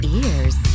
ears